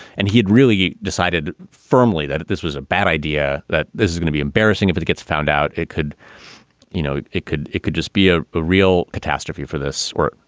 and he had really decided firmly that this was a bad idea, that this is going to be embarrassing. if it it gets found out. it could you know, it could it could just be ah a real catastrophe for this or.